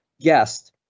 guest